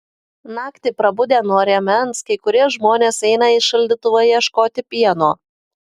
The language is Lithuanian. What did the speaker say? naktį prabudę nuo rėmens kai kurie žmonės eina į šaldytuvą ieškoti pieno